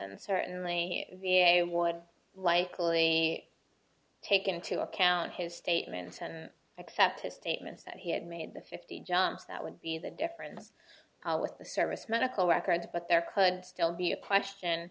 and certainly v a would likely take into account his statements and accept his statements that he had made the fifty johns that would be the difference with the service medical records but there could still be a question